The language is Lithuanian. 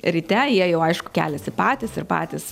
ryte jie jau aišku keliasi patys ir patys